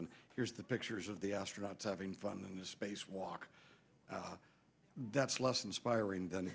and here's the pictures of the astronauts having fun in the space walk that's less inspiring than to